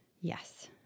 yes